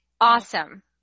awesome